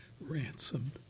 ransomed